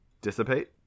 dissipate